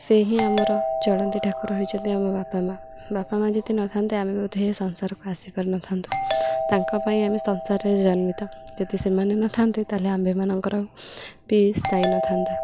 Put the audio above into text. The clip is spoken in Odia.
ସେ ହିଁ ଆମର ଚଳନ୍ତି ଠାକୁର ରହିଚନ୍ତି ଆମ ବାପା ମାଆ ବାପା ମାଆ ଯଦି ନଥାନ୍ତେ ଆମେ ବୋଧେ ଏଇ ସଂସାରକୁ ଆସିପାରିନଥାନ୍ତୁ ତାଙ୍କ ପାଇଁ ଆମେ ସଂସାରରେ ଜନ୍ମିତ ଯଦି ସେମାନେ ନଥାନ୍ତି ତାହେଲେ ଆମ୍ଭେମାନଙ୍କର ସ୍ଥାୟୀ ନଥାନ୍ତା